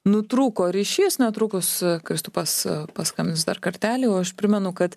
nutrūko ryšys netrukus kristupas paskambins dar kartelį o aš primenu kad